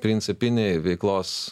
principiniai veiklos